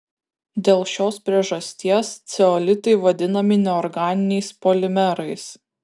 dėl šios priežasties ceolitai vadinami neorganiniais polimerais